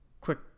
quick